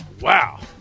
Wow